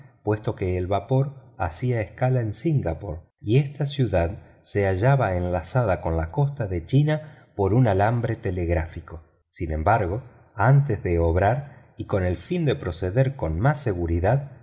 puesto que el vapor hacía escala en singapore y esta ciudad se hallaba enlazada con la costa de china por un alambre telegráfico sin embargo antes de obrar y con el fin de proceder con más seguridad